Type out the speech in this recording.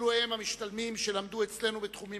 אלו הם המשתלמים שלמדו אצלנו בתחומים